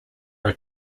are